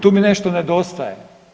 Tu mi nešto nedostaje.